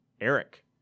Eric